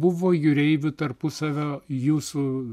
buvo jūreivių tarpusavio jūsų